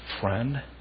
friend